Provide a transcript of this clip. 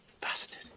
Bastard